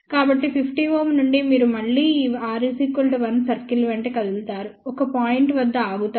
కాబట్టి 50 Ω నుండి మీరు మళ్ళీ ఈ r 1 సర్కిల్ వెంట కదులుతారు ఒక పాయింట్ వద్ద ఆగుతారు